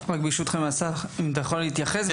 ברשותכם, השר, האם אתה יכול להתייחס?